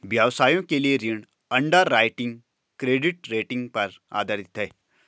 व्यवसायों के लिए ऋण अंडरराइटिंग क्रेडिट रेटिंग पर आधारित है